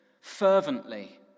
fervently